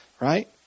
right